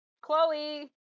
Chloe